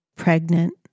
pregnant